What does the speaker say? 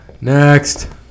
Next